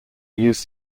used